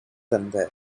தந்த